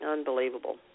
Unbelievable